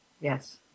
Yes